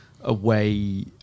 away